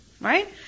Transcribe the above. right